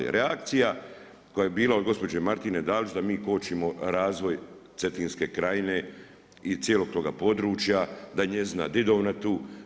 Reakcija koja je bila od gospođe Martine Dalić da mi kočimo razvoj Cetinske krajine i cijelog toga područja, da je njezina djedovina tu.